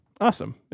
Awesome